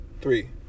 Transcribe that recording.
three